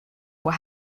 were